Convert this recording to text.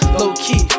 low-key